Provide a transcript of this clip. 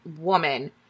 woman